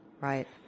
Right